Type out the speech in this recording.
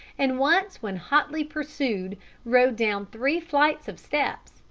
and once when hotly pursued rode down three flights of steps,